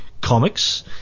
comics